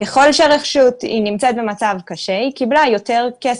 ככל שהרשות נמצאת במצב קשה, היא קיבלה יותר כסף.